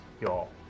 y'all